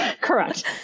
Correct